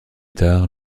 tard